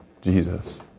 Jesus